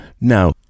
Now